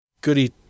goody